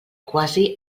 quasi